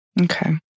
Okay